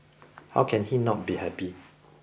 how can he not be happy